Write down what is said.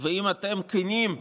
ואם אתם כנים,